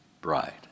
bride